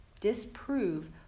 disprove